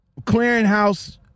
clearinghouse